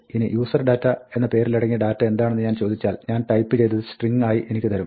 ഇനി userdata എന്ന പേരിലടങ്ങിയ ഡാറ്റ എന്താണെന്ന് ഞാൻ ചോദിച്ചാൽ ഞാൻ ടൈപ്പ് ചെയ്തത് സ്ട്രിങ്ങ് ആയി എനിക്ക് തരും